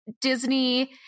Disney